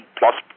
plus